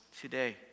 today